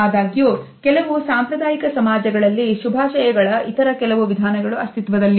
ಆದಾಗ್ಯೂ ಕೆಲವು ಸಾಂಪ್ರದಾಯಿಕ ಸಮಾಜಗಳಲ್ಲಿ ಶುಭಾಶಯಗಳ ಇತರ ಕೆಲವು ವಿಧಾನಗಳು ಅಸ್ತಿತ್ವದಲ್ಲಿವೆ